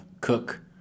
cook